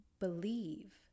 believe